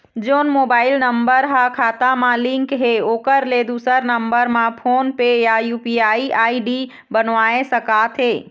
जोन mobile number हा खाता मा लिन्क हे ओकर ले दुसर नंबर मा फोन पे या यू.पी.आई आई.डी बनवाए सका थे?